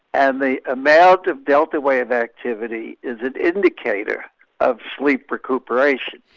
and the amount of delta wave activity is an indicator of sleep recuperation.